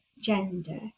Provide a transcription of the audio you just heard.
gender